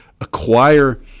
acquire